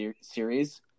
series